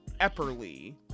epperly